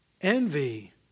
envy